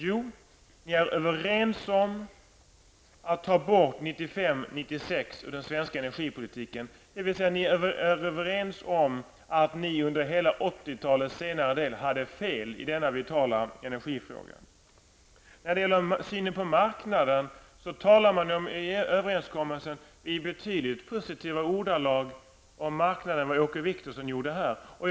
Jo, ni är överens om att ta bort årtalen 1995 och 1996 ur den svenska energipolitiken, dvs. ni är överens om att ni under hela 80-talets senare del hade fel i denna vitala energifråga. I överenskommelsen talade man om marknaden i betydligt mer positiva ordalag än vad Åke Wictorsson här gjorde.